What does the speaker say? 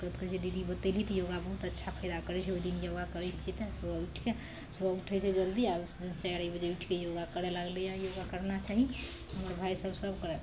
दीदी बतेली तऽ योगा बहुत अच्छा फायदा करय छै ओइ दिनके बाद करय छियै तऽ सुबह उठिके सुबह उठय छै जल्दी आओर उस दिन चाइरे बजे उठिके योगा करय लागलिये योगा करना चाही हमर भाय सब सब करय